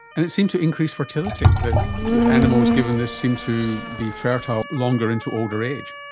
and it seemed to increase fertility, that animals given this seemed to be fertile longer into older age.